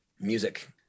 music